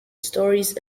stories